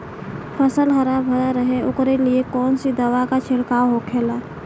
फसल हरा भरा रहे वोकरे लिए कौन सी दवा का छिड़काव होखेला?